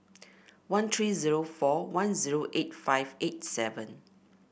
one three zero four one zero eight five eight seven